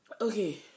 Okay